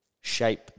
shape